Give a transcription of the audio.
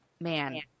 man